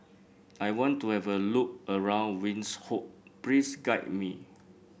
I want to have a look around Windhoek please guide me